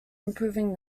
improving